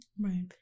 right